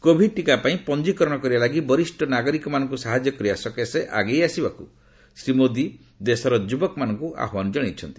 Covid ଟିକା ପାଇଁ ପଞ୍ଜୀକରଣ କରିବା ଲାଗି ବରିଷ୍ଣ ନାଗରିକମାନଙ୍କୁ ସାହାଯ୍ୟ କରିବା ସକାଶେ ଆଗେଇ ଆସିବାକୁ ଶ୍ରୀ ମୋଦି ଦେଶର ଯୁବକମାନଙ୍କୁ ଆହ୍ୱାନ ଜଶାଇଛନ୍ତି